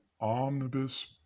omnibus